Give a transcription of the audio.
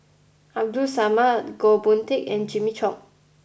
Abdul Samad Goh Boon Teck and Jimmy Chok